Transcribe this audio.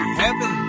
heaven